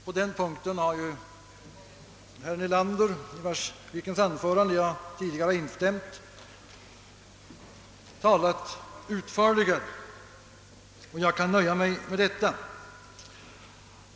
På denna punkt har ju herr Nelander, vars anförande jag tidigare har instämt i, talat utförligare, och jag kan nöja mig med vad jag här sagt.